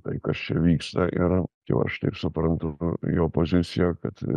tai kas čia vyksta ir jau aš taip suprantu jo poziciją kad